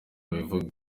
abivuga